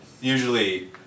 usually